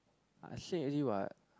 I say already what